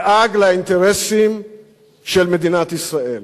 דאג לאינטרסים של מדינת ישראל,